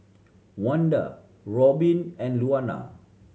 Wanda Robbin and Luana